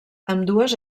ambdues